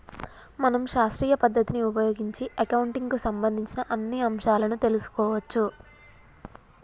మనం శాస్త్రీయ పద్ధతిని ఉపయోగించి అకౌంటింగ్ కు సంబంధించిన అన్ని అంశాలను తెలుసుకోవచ్చు